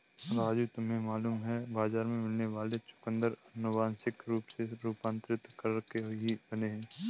राजू तुम्हें मालूम है बाजार में मिलने वाले चुकंदर अनुवांशिक रूप से रूपांतरित करके ही बने हैं